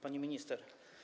Pani Minister!